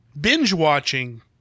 binge-watching